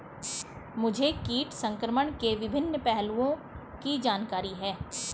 मुझे कीट संक्रमण के विभिन्न पहलुओं की जानकारी है